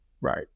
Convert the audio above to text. Right